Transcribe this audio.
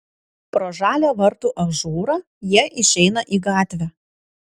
pro žalią vartų ažūrą jie išeina į gatvę